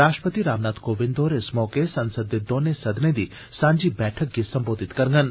राष्ट्रपति रामनाथ कोविंद होर इस मौके संसद दे दौने सदने दी सांझी बैठका गी सम्बोधित करगंन